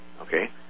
Okay